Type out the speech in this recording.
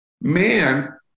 Man